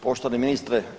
Poštovani ministre.